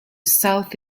south